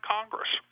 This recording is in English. Congress